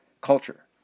culture